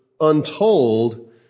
untold